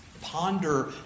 ponder